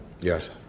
Yes